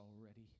already